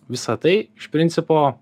visa tai iš principo